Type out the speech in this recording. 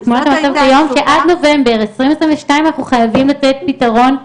שעד נובמבר 2022 אנחנו חייבים לתת פתרון,